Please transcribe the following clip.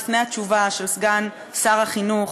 לפני התשובה של סגן שר החינוך,